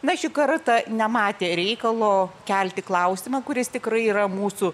na šį kartą nematė reikalo kelti klausimą kuris tikrai yra mūsų